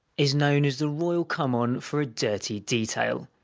is known as the royal come-on for a dirty detail!